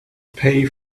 pay